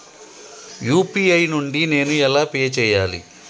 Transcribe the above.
UPI నుండి నేను ఎలా పే చెయ్యాలి?